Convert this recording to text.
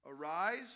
arise